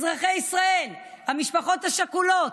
אזרחי ישראל, המשפחות השכולות.